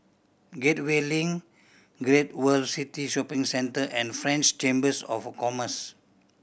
Gateway Link Great World City Shopping Centre and French Chambers of Commerce